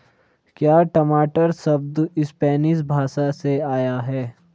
क्या टमाटर शब्द स्पैनिश भाषा से आया है?